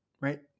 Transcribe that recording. right